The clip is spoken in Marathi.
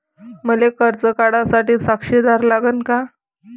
मले कर्ज काढा साठी साक्षीदार लागन का?